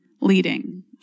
leading